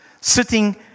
sitting